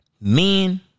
Men